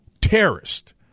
terrorist